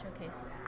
showcase